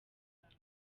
bwawe